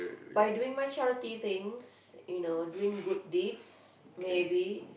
by doing much charity things you know doing good deeds maybe